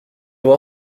voir